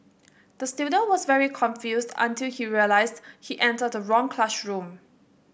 the student was very confused until he realised he entered the wrong classroom